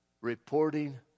reporting